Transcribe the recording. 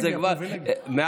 אבל זה כבר מעל,